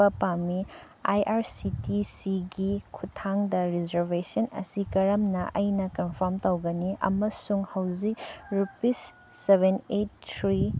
ꯄ ꯄꯥꯝꯃꯤ I R C T ꯁꯤꯒꯤ ꯈꯨꯊꯥꯡꯗ ꯔꯤꯖꯔꯕꯦꯁꯟ ꯑꯁꯤ ꯀꯔꯝꯅ ꯑꯩꯅ ꯀꯟꯐꯥꯔꯝ ꯇꯧꯒꯅꯤ ꯑꯃꯁꯨꯡ ꯍꯧꯖꯤꯛ ꯔꯨꯄꯤꯁ ꯁꯕꯦꯟ ꯑꯩꯠ ꯊ꯭ꯔꯤ